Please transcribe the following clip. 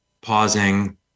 pausing